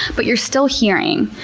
but you're still hearing.